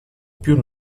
più